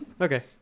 okay